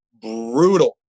brutal